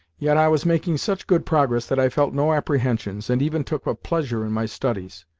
yet i was making such good progress that i felt no apprehensions, and even took a pleasure in my studies.